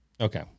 Okay